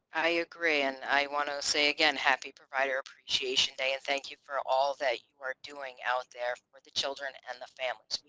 i agree and i want to say again happy provider appreciation day and thank you for all that you are doing out there with the children and the families.